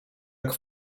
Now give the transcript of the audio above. jak